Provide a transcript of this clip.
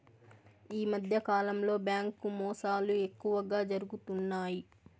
ఈ మధ్యకాలంలో బ్యాంకు మోసాలు ఎక్కువగా జరుగుతున్నాయి